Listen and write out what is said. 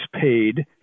paid